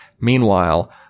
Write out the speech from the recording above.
Meanwhile